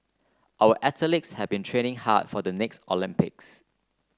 our athletes have been training hard for the next Olympics